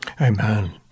Amen